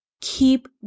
Keep